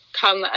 come